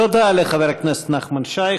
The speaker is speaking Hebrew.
תודה לחבר הכנסת נחמן שי.